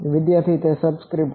વિદ્યાર્થી તે સબસ્ક્રીપ્ટ છે